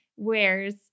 wears